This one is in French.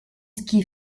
ski